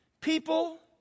people